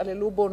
שהתעללו בו,